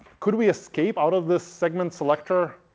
could we escape out of the segment selector